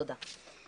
תודה.